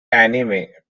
anime